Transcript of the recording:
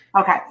Okay